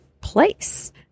place